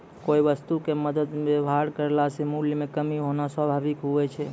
कोय वस्तु क मरदमे वेवहार करला से मूल्य म कमी होना स्वाभाविक हुवै छै